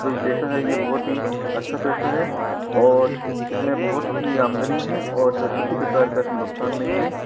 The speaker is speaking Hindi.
जो ये पेशा है ये बहुत ही अच्छा पेशा है और इस में बहुत ही आमदनी है और किसी प्रकार का इस में नुक़सान नहीं है